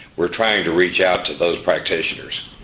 we're trying to reach out to those practitioners.